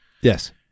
Yes